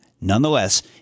Nonetheless